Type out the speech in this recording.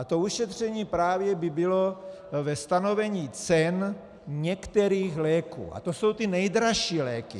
To ušetření právě by bylo ve stanovení cen některých léků a to jsou ty nejdražší léky.